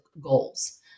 goals